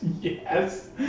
Yes